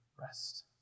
rest